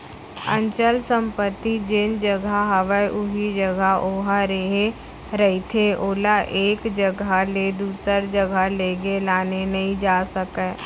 अचल संपत्ति जेन जघा हवय उही जघा ओहा रेहे रहिथे ओला एक जघा ले दूसर जघा लेगे लाने नइ जा सकय